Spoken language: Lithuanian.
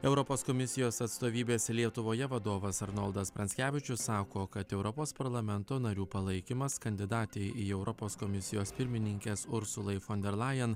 europos komisijos atstovybės lietuvoje vadovas arnoldas pranckevičius sako kad europos parlamento narių palaikymas kandidatei į europos komisijos pirmininkes ursulai fo der laen